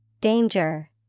danger